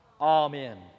Amen